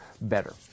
better